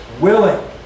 Willing